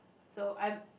so I'm